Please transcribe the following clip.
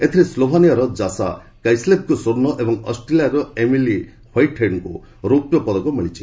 ଏଥିରେ ସ୍କୋଭାନିଆର ଜାସା କାଇସ୍କୋଫଙ୍କୁ ସ୍ୱର୍ଣ୍ଣ ଏବଂ ଅଷ୍ଟ୍ରେଲିଆର ଏମିଲି ହ୍ୱାଇଟ୍ହେଡ୍ଙ୍କୁ ରୌପ୍ୟ ପଦକ ମିଳିଛି